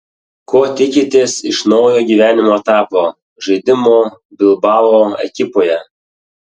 ko tikitės iš naujo gyvenimo etapo žaidimo bilbao ekipoje